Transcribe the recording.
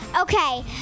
Okay